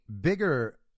bigger